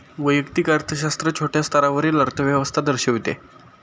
वैयक्तिक अर्थशास्त्र छोट्या स्तरावरील अर्थव्यवस्था दर्शविते